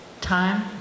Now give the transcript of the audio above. time